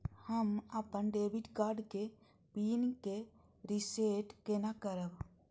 हम अपन debit card के पिन के रीसेट केना करब?